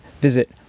visit